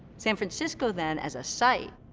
san francisco then, as a site,